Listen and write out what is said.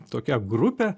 tokia grupė